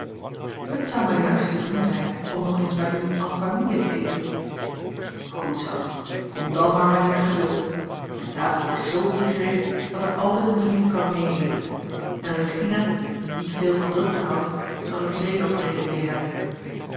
het zou mij juist te doen zijn om nog eens bij u en famille te eten goed zoo kom dan maar wanneer gij wilt mijne tafel is z ingericht dat er altijd een vriend kan mee eten en regina die niet veel van drukte houdt zal er zeker vrede mee hebben